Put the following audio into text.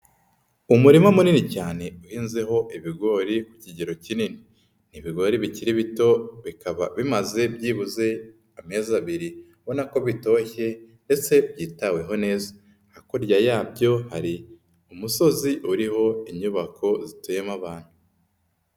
Umurima munini cyane uhinzeho ibigori ku kigero kinini, ni ibigori bikiri bito bikaba bimaze byibuze amezi abiri ubona ko bitoshye ndetse byitaweho neza, hakurya yabyo hari umusozi uriho inyubako zituyemo abantu.